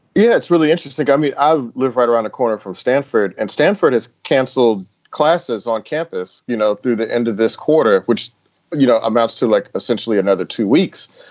yeah, it's really interesting. i mean, i live right around the corner from stanford and stanford has canceled classes on campus you know, through the end of this quarter, which you know amounts to like essentially another two weeks.